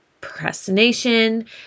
procrastination